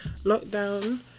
lockdown